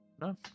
No